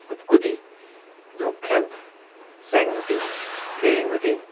কুটকুটি ঢোপ খেল চেং গুটি বিৰিং গুটি